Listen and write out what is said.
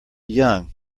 young